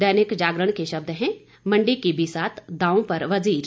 दैनिक जागरण के शब्द हैं मंडी की बिसात दांव पर वजीर